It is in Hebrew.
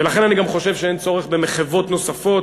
ולכן אני גם חושב שאין צורך במחוות נוספות,